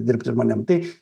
dirbti žmonėms tai